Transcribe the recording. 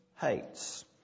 hates